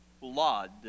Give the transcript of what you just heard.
blood